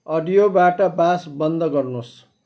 अडियोबाट बास बन्द गर्नुहोस्